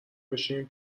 بشنیم